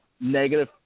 negative